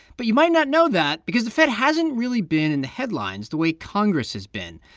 but you might not know that because the fed hasn't really been in the headlines the way congress has been.